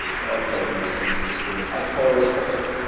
our job needs to be support as far as possible.